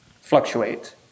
fluctuate